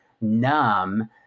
numb